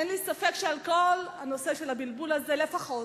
אין לי ספק שלכל הנושא של הבלבול הזה לפחות,